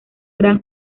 gran